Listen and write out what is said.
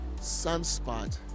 sunspot